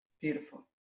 Beautiful